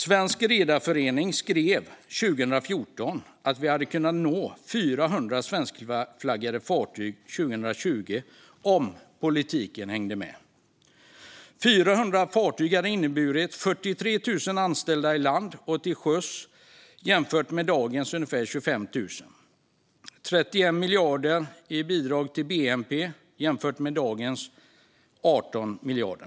Sveriges Redareförening skrev 2014 att vi kunde nå 400 svenskflaggade fartyg 2020 om politiken hängde med. 400 fartyg hade inneburit 43 000 anställda i land och till sjöss jämfört med dagens ungefär 25 000 och 31 miljarder i bidrag till bnp jämfört med dagens 18 miljarder.